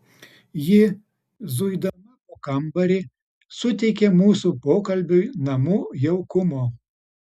ji zuidama po kambarį suteikė mūsų pokalbiui namų jaukumo